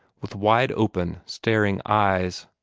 with wide-open, staring eyes.